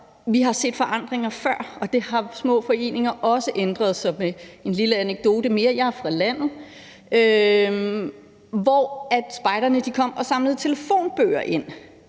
vi har set forandringer før, og at med det har små foreninger også ændret sig. Jeg har en lille anekdote mere: Jeg er fra landet, hvor spejderne kom og samlede telefonbøger ind